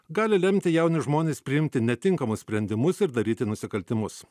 gali lemti jaunus žmones priimti netinkamus sprendimus ir daryti nusikaltimus